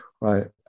right